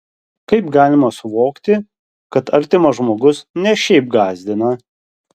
kaip galima suvokti kad artimas žmogus ne šiaip gąsdina